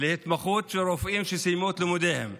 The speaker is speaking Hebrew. להתמחות של רופאים שסיימו את לימודיהם.